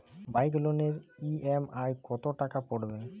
Bike লোনের EMI কত টাকা পড়বে?